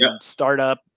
startup